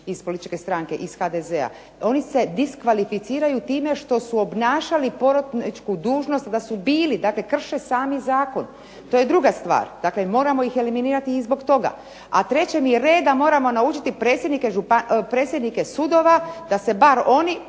iz političke stranke iz HDZ-a, oni se diskvalificiraju time što su obnašali porotničku dužnost da su bili, dakle krše sami zakon, to je druga stvar. Dakle, moramo ih eliminirati i zbog toga. A treće, mi reda moramo naučiti predsjednike sudova da se bar oni